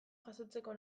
jasotzeko